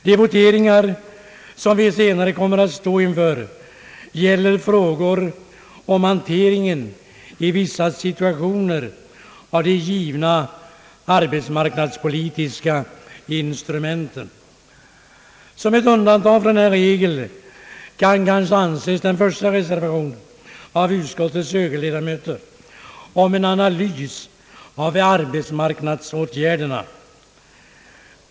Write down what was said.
De voteringar, som vi senare kommer att stå inför, gäller frågor om hanteringen i vissa situationer av de givna arbetsmarknadspolitiska instrumenten. Såsom ett undantag från den regeln kan kanske anses den första reservationen av utskottets högerledamöter om en analys av arbetsmarknadsåtgärderna.